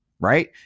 right